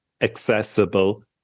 accessible